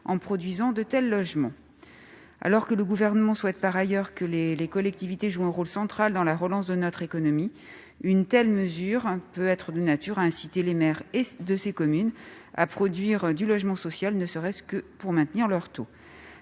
en produisant de tels logements. Par ailleurs, comme le Gouvernement souhaite que les collectivités jouent un rôle central dans la relance de notre économie, une telle mesure peut être de nature à inciter les maires à produire du logement social, ne serait-ce que pour maintenir leur taux.